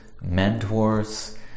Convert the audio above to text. mentors